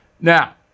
Now